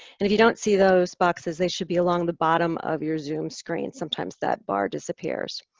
and if you don't see those boxes, they should be along the bottom of your zoom screen. sometimes that bar disappears.